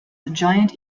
giant